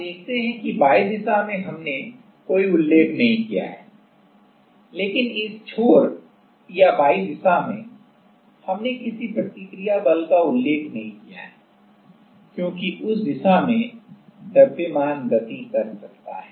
अब आप देखते हैं कि y दिशा में हमने कोई उल्लेख नहीं किया है लेकिन इस छोर या y दिशा में हमने किसी प्रतिक्रिया बल का उल्लेख नहीं किया है क्योंकि उस दिशा में द्रव्यमान गति कर सकता है